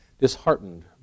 Disheartened